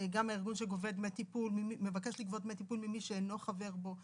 - גם הארגון שמבקש לגבות דמי טיפול ממי שאינו חבר בו,